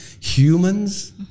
humans